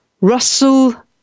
Russell